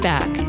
Back